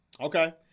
Okay